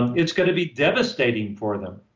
and it's going to be devastating for them,